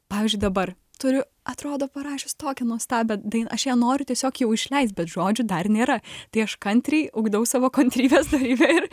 pavyzdžiui dabar turiu atrodo parašius tokią nuostabią dainą aš ją noriu tiesiog jau išleist bet žodžių dar nėra tai aš kantriai ugdau savo kantrybes dorybę ir